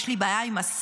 יש לי בעיה עם השר,